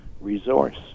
resource